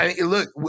Look